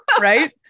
Right